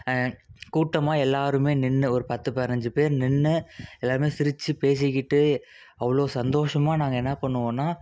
கூட்டமாக எல்லோருமே நின்று ஒரு பத்து பதினஞ்சு பேர் நின்று எல்லோருமே சிரிச்சு பேசிக்கிட்டு அவ்வளோ சந்தோஷமாக நாங்கள் என்ன பண்ணுவோம்னா